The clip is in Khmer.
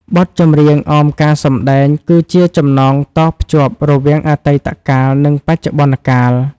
បទចម្រៀងអមការសម្ដែងគឺជាចំណងតភ្ជាប់រវាងអតីតកាល និងបច្ចុប្បន្នកាល។